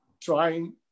trying